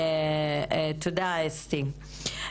תודה אסתי.